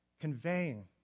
conveying